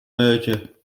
merger